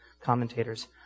commentators